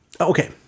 Okay